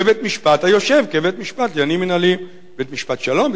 בבית-משפט היושב כבית-משפט לעניינים מינהליים: בית-משפט שלום,